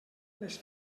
les